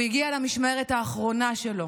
הוא הגיע למשמרת האחרונה שלו